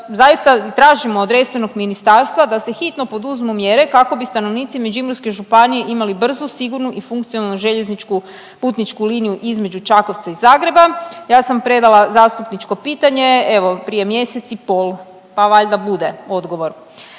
zaista tražimo od resornog ministarstva da se hitno poduzmu mjere kako bi stanovnici Međimurske županije imali brzu, sigurnu i funkcionalnu željezničku putničku linija između Čakovca i Zagreba, ja sam predala zastupničko pitanje, evo prije mjesec i pol, pa valjda bude odgovor.